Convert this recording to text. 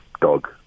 dog